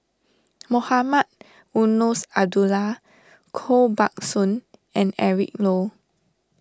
Mohamed Eunos Abdullah Koh Buck Song and Eric Low